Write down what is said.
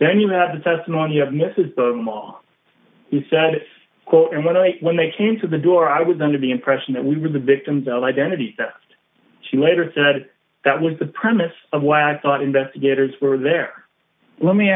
then you have the testimony of mrs the mall you said this quote and when i when they came to the door i was under the impression that we were the victims of identity theft she later said that was the premise of why i thought investigators were there let me